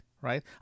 Right